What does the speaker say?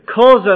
cause